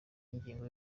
ingingo